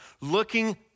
looking